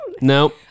No